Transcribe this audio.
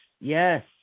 yes